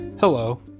hello